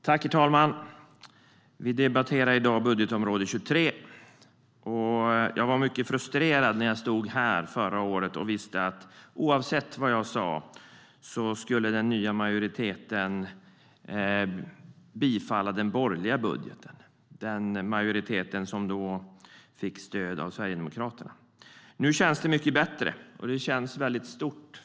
Herr talman! Vi debatterar i dag utgiftsområde 23. Jag var mycket frustrerad när jag förra året stod i talarstolen och visste att oavsett vad jag sa skulle den nya majoriteten tillstyrka den borgerliga budgeten, den majoritet som då fick stöd av Sverigedemokraterna. Nu känns det mycket bättre.